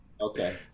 Okay